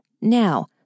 now